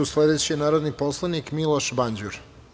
Sledeći je narodni poslanik Miloš Banđur.